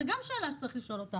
זאת גם שאלה שצריך לשאול.